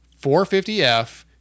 450F